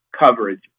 coverage